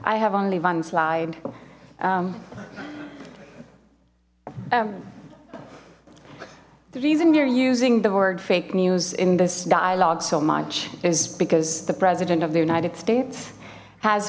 i have only one slide the reason you're using the word fake news in this dialogue so much is because the president of the united states has